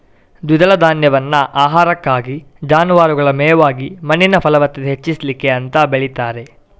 ದ್ವಿದಳ ಧಾನ್ಯವನ್ನ ಆಹಾರಕ್ಕಾಗಿ, ಜಾನುವಾರುಗಳ ಮೇವಾಗಿ ಮಣ್ಣಿನ ಫಲವತ್ತತೆ ಹೆಚ್ಚಿಸ್ಲಿಕ್ಕೆ ಅಂತ ಬೆಳೀತಾರೆ